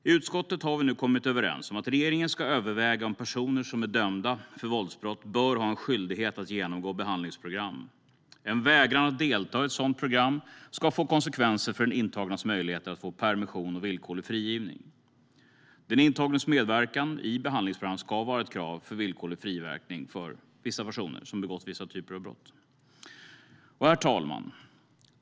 I utskottet har vi nu kommit överens om att regeringen ska överväga om personer som är dömda för våldsbrott bör ha en skyldighet att genomgå behandlingsprogram. En vägran att delta i ett sådant program ska få konsekvenser för den intagnes möjligheter att få permission och villkorlig frigivning. Den intagnes medverkan i behandlingsprogram ska vara ett krav för villkorlig frigivning för personer som har begått vissa typer av brott. Herr talman!